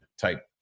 type